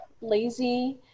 lazy